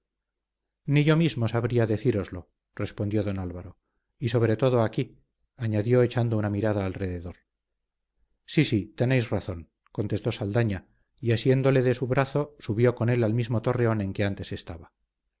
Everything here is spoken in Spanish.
ni yo mismo sabría decíroslo respondió don álvaro y sobre todo aquí añadió echando una mirada alrededor sí sí tenéis razón contestó saldaña y asiéndose de su brazo subió con él al mismo torreón en que antes estaba